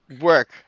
Work